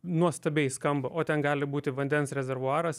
nuostabiai skamba o ten gali būti vandens rezervuaras